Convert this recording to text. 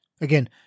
Again